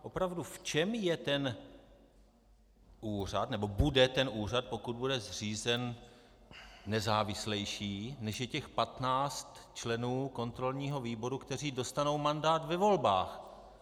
Opravdu, v čem je úřad nebo bude úřad, pokud bude zřízen, nezávislejší, než je patnáct členů kontrolního výboru, kteří dostanou mandát ve volbách?